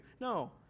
No